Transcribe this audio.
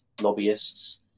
lobbyists